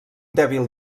dèbil